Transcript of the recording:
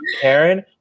Karen